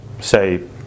say